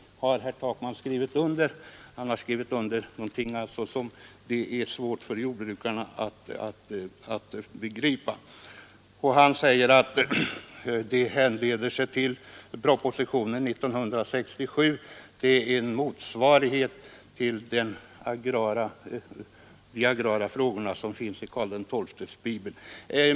Men herr Takman har skrivit under detta betänkande som han alltså anser vara för svårt för jordbrukarna att begripa. Herr Takman säger att stilen kan spåras tillbaka till propositionen från 1967, som han kallar den agrara motsvarigheten till Karl XII:s bibel.